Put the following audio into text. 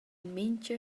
mintga